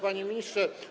Panie Ministrze!